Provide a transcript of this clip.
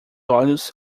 olhos